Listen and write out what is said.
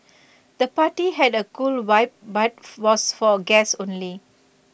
the party had A cool vibe but was for guests only